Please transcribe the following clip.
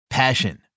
Passion